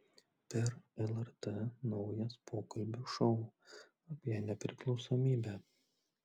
per lrt naujas pokalbių šou apie nepriklausomybę